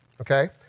okay